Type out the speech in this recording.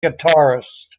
guitarist